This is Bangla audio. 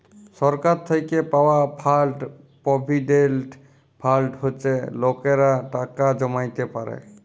সরকার থ্যাইকে পাউয়া ফাল্ড পভিডেল্ট ফাল্ড হছে লকেরা টাকা জ্যমাইতে পারে